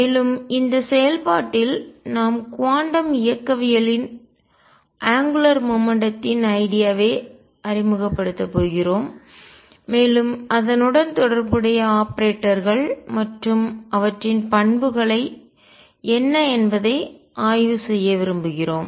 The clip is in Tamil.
மேலும் இந்த செயல்பாட்டில் நாம் குவாண்டம் இயக்கவியலில் அங்குலார் மொமெண்ட்டம் த்தின் கோண உந்தம் ஐடியாவை அறிமுகப்படுத்தப் போகிறோம் மேலும் அதனுடன் தொடர்புடைய ஆபரேட்டர்கள் மற்றும் அவற்றின் பண்புகளையும் என்ன என்பதை ஆய்வு செய்ய விரும்புகிறோம்